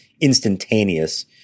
instantaneous